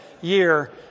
year